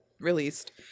released